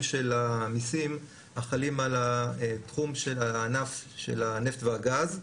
של המיסים החלים על הענף של הנפט והגז,